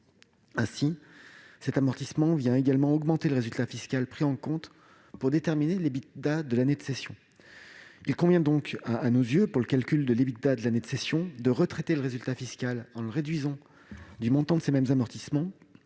Ainsi, cet amortissement tend également à augmenter le résultat fiscal pris en compte pour déterminer l'Ebitda de l'année de cession. Il convient donc selon nous, pour le calcul de l'Ebitda de l'année de cession, de retraiter le résultat fiscal en le réduisant du montant de ces mêmes amortissements,